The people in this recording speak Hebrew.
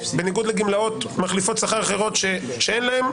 בניגוד לגמלאות מחליפות שכר אחרות שאין להם,